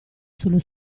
sullo